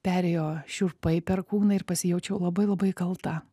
perėjo šiurpai per kūną ir pasijaučiau labai labai kalta